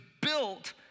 built